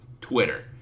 Twitter